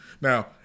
Now